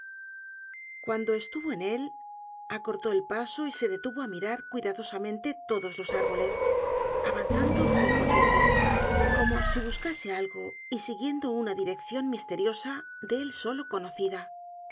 cuando estuvo en él acortó el paso y se detuvo á mirar cuidadosamente todos los árboles avanzando poco á poco como si buscase algo y siguiendo una direccion misteriosa de él solo conocida